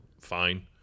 fine